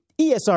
ESR